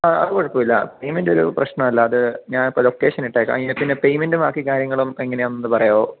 ആ അത് കുഴപ്പം ഇല്ല പേയ്മെൻറ് ഒരു പ്രശ്നം അല്ല അത് ഞാൻ ഇപ്പോൾ ലൊക്കേഷൻ ഇട്ടാക്കാം അതിൽ പിന്നെ പേയ്മെൻറ്റും ബാക്കി കാര്യങ്ങളും എങ്ങനെയാണെന്നൊന്ന് പറയുമോ